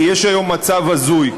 כי יש היום מצב הזוי,